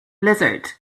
blizzard